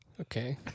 Okay